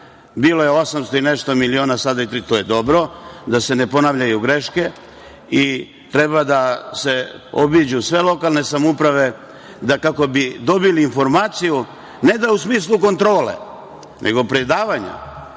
Bilo je 800 i nešto miliona, sada je tri… to je dobro, da se ne ponavljaju greške i treba da se obiđu sve lokalne samouprave kako bi dobili informaciju ne u smislu kontrole, nego predavanja,